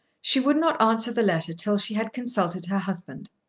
she would not answer the letter till she had consulted her husband.